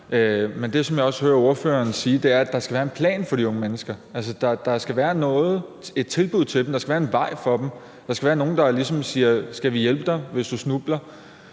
Men det, som jeg også hører ordføreren sige, er, at der skal være en plan for de unge mennesker, altså at der skal være et tilbud til dem, at der skal være en vej for dem. Der skal være nogen, der ligesom siger: Skal vi hjælpe dig, hvis du snubler?